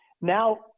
Now